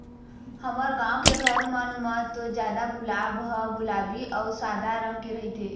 हमर गाँव के घर मन म तो जादा गुलाब ह गुलाबी अउ सादा रंग के रहिथे